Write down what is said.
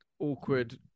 Awkward